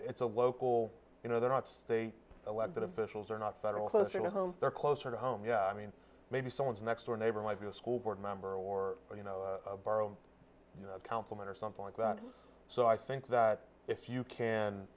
it's a local you know they're not they elected officials or not federal closer to home they're closer to home yeah i mean maybe someone's next door neighbor might be a school board member or you know councilman or something like that so i think that if you can